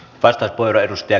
arvoisa puhemies